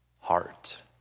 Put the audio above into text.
heart